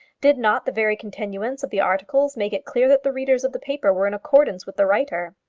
did not the very continuance of the articles make it clear that the readers of the paper were in accordance with the writer?